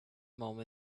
moment